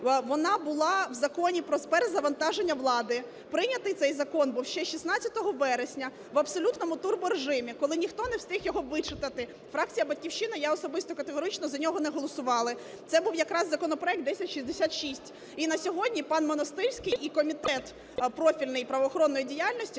вона була в Законі про перезавантаження влади. Прийнятий цей Закон був ще 16 вересня в абсолютному турборежимі, коли ніхто не встиг його вичитати. Фракція "Батьківщина", я особисто категорично за нього не голосували, це був якраз законопроект 1066. І на сьогодні пан Монастирський і Комітет профільний правоохоронної діяльності